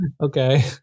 Okay